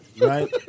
Right